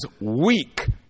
weak